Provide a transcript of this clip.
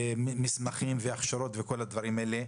מסמכים והכשרות וכל הדברים הללו.